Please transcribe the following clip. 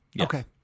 Okay